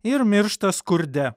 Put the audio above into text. ir miršta skurde